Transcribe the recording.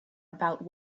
about